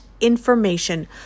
information